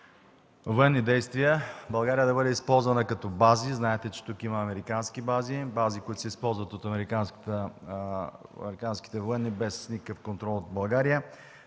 военни действия, България да бъде използвана като бази. Знаете, че тук има американски бази, бази, които се използват от американските военни без никакъв контрол от България.